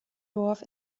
dorf